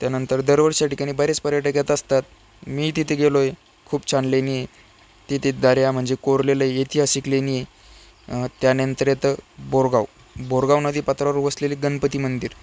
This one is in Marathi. त्यानंतर दरवर्षी या ठिकाणी बरेच पर्यटक येत असतात मी तिथे गेलो आहे खूप छान लेणी आहे तिथे दर्या म्हणजे कोरलेलं ऐतिहासिक लेणी आहे त्यानंतर येतं बोरगाव बोरगाव नदीपात्रावर वसलेलं गणपती मंदिर